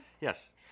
Yes